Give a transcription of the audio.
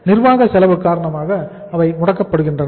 நிர்வாக செலவு காரணமாக அவை முடக்கப்படுகின்றன